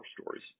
stories